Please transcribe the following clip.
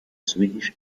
swedish